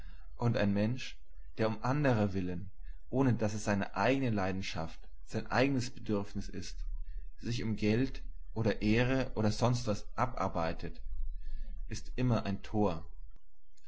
und ein mensch der um anderer willen ohne daß es seine eigene leidenschaft sein eigenes bedürfnis ist sich um geld oder ehre oder sonst was abarbeitet ist immer ein tor